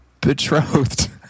betrothed